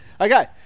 Okay